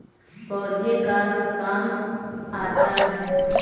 पौधे का काम आता है?